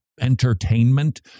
entertainment